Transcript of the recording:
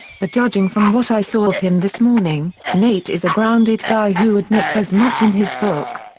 but judging from what i saw of him this morning, nate is a grounded guy who admits as much in his book.